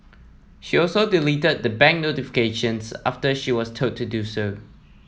she also deleted the bank notifications after she was told to do so